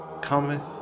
cometh